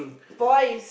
boy is